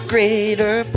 Greater